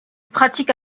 pratique